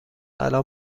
الان